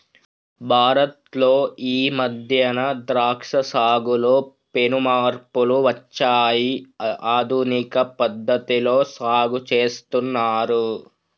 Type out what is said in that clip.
భారత్ లో ఈ మధ్యన ద్రాక్ష సాగులో పెను మార్పులు వచ్చాయి ఆధునిక పద్ధతిలో సాగు చేస్తున్నారు